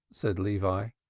said levi.